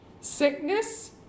sickness